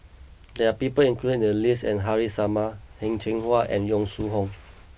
there are people included in the list and Haresh Sharma Heng Cheng Hwa and Yong Shu Hoong